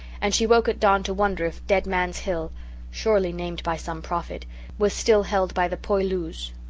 and she woke at dawn to wonder if dead man's hill surely named by some prophet was still held by the poyloos.